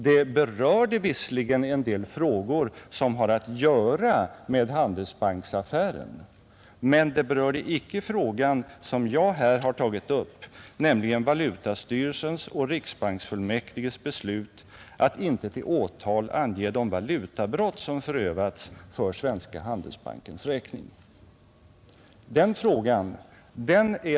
Det berörde visserligen en del frågor som har att göra med Handelsbanksaffären, men det berörde inte den fråga som jag här tagit upp, nämligen valutastyrelsens och riksbanksfullmäktiges beslut att inte till åtal ange de valutabrott som förövats för Svenska handelsbankens räkning.